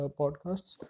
podcasts